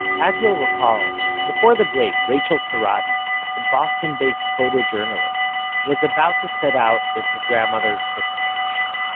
as you'll recall before the break rachael cerrotti a boston-based photojournalist was about to set out in her grandmother's footsteps.